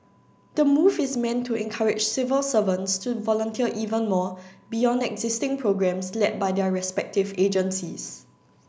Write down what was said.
the move is meant to encourage civil servants to volunteer even more beyond existing programmes led by their respective agencies